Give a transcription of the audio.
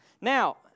Now